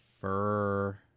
Fur